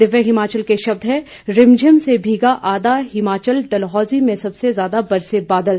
दिव्य हिमाचल के शब्द हैं रिमझिम से भीगा आधा हिमाचल डलहौजी में सबसे ज्यादा बरसे बादल